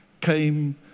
came